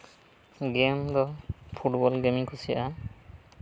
game ᱫᱚ football ᱜᱮᱹᱢᱮᱹᱧ ᱠᱩᱥᱤᱭᱟᱜᱼᱟ